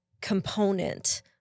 component